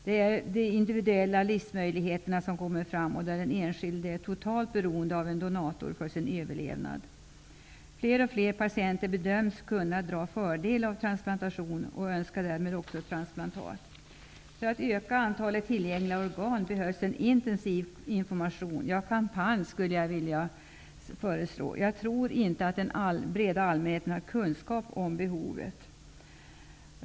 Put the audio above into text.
Det är de individuella livsmöjligheterna som kommer fram och där den enskilde är totalt beroende av en donator för sin överlevnad. Fler och fler patienter bedöms kunna dra fördel av transplantation och önskar därmed också transplantat. För att öka antalet tillgängliga organ behövs en intensiv information -- ja, en kampanj skulle jag vilja föreslå. Jag tror inte att den breda allmänheten har kunskap om behovet.